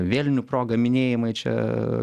vėlinių proga minėjimai čia